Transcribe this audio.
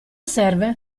serve